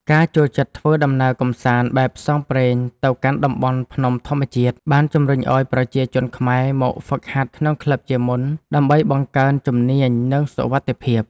ការចូលចិត្តធ្វើដំណើរកម្សាន្តបែបផ្សងព្រេងទៅកាន់តំបន់ភ្នំធម្មជាតិ បានជំរុញឱ្យប្រជាជនខ្មែរមកហ្វឹកហាត់ក្នុងក្លឹបជាមុន ដើម្បីបង្កើនជំនាញ និងសុវត្ថិភាព។